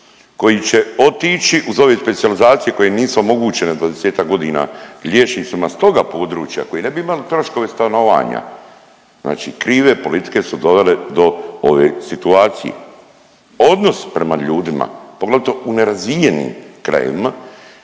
koji će otići uz ove specijalizacije koje im nisu omogućene 20-ak godina liječnicima s toga područja koji ne bi imali troškove stanovanja. Znači krive politike su dovele do ove situacije. Odnos prema ljudima poglavito u nerazvijenim krajevima